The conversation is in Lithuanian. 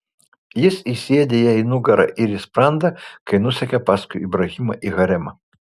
jis įsiėdė jai į nugarą ir į sprandą kai nusekė paskui ibrahimą į haremą